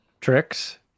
tricks